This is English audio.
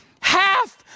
half